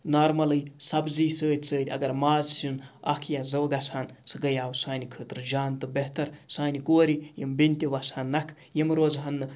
نارمَلٕے سبزی سۭتۍ سۭتۍ اگر ماز سیُن اَکھ یا زو گژھان سُہ گٔیو سانہِ خٲطرٕ جان تہٕ بہتر سانہِ کورِ یِم بیٚنہِ تہِ وَسہَن نَکھٕ یِم روزہَن نہٕ